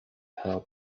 pearl